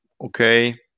okay